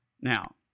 Now